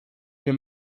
wir